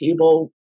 table